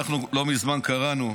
לא מזמן קראנו,